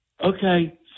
okay